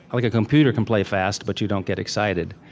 like, a computer can play fast, but you don't get excited,